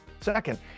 Second